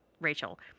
Rachel